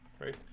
Right